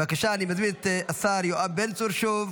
בבקשה, אני מזמין את השר יואב בן צור שוב